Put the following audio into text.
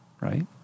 right